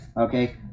okay